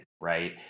right